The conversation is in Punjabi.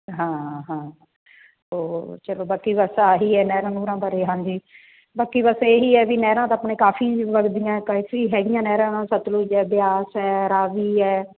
ਹਾਂ ਹਾਂ ਹੋਰ ਚੱਲੋ ਬਾਕੀ ਬਸ ਇਹ ਹੀ ਹੈ ਨਹਿਰਾਂ ਨੂਰਾਂ ਬਾਰੇ ਹਾਂਜੀ ਬਾਕੀ ਬਸ ਇਹ ਹੀ ਹੈ ਵੀ ਨਹਿਰਾਂ ਤਾਂ ਆਪਣੇ ਕਾਫ਼ੀ ਵਗਦੀਆਂ ਕਾਫ਼ੀ ਹੈਗੀਆਂ ਨਹਿਰਾਂ ਸਤਲੁਜ ਹੈ ਬਿਆਸ ਹੈ ਰਾਵੀ ਹੈ